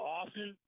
often